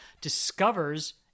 discovers